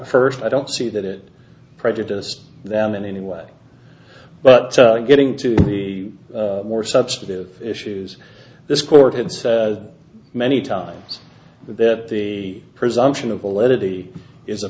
the first i don't see that it prejudiced them in any way but getting to the more substantive issues this court in so many times that the presumption of validity is a